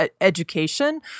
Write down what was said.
education